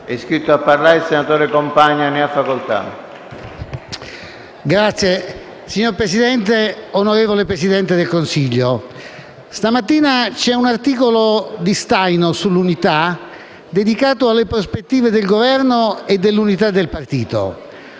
*(CoR)*. Signor Presidente, onorevole Presidente del Consiglio, questa mattina ho letto un articolo di Staino sull'Unità dedicato alle prospettive del Governo e del partito.